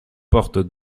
porte